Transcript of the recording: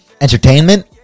entertainment